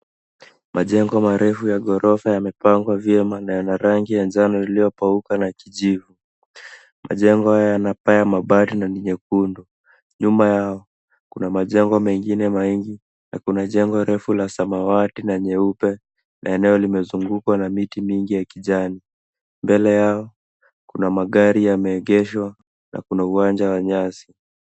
Majengo marefu ya ghorofa yamepangwa vyema na rangi ya njano iliyokauka na kijivu. Majengo haya yana paa ya mabati na ni nyekundu. Nyuma yao kuna majengo mengine mengi na kuna jengo refu la samawati na nyeupe na eneo limezungukwa na miti mingi ya kijani. Mbele yao kuna magari yameegeshwa na kuna uwanja wa nyasi.